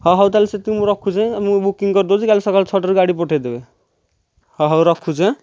ହେଉ ହେଉ ତା'ହେଲେ ରଖୁଛି ମୁଁ ବୁକିଂ କରିଦେଉଛି କାଲି ସକାଳ ଛଅଟାରେ ଗାଡ଼ି ପଠାଇଦେବେ ହେଉ ହେଉ ରଖୁଛି ହଁ